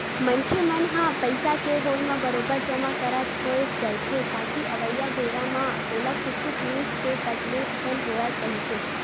मनखे मन ह पइसा के होय म बरोबर जमा करत होय चलथे ताकि अवइया बेरा म ओला कुछु जिनिस के तकलीफ झन होवय कहिके